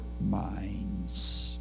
minds